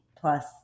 plus